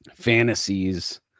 fantasies